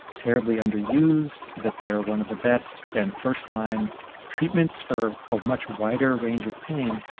terribly underused, that they are one of the best and first-line treatments for a much wider range of pain.